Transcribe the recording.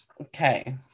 okay